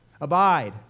Abide